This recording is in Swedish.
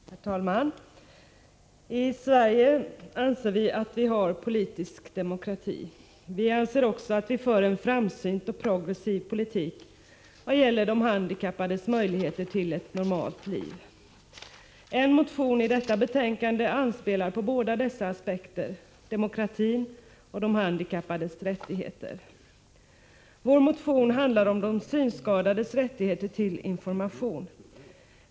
Herr talman! I Sverige anser vi att vi har politisk demokrati. Vi anser också att vi för en framsynt och progressiv politik vad gäller de handikappades möjligheter till ett normalt liv. En motion i detta betänkande anspelar på båda dessa aspekter — demokratin och de handikappades rättigheter. Vår motion handlar om de synskadades rätt till information.